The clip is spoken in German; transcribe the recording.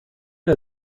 der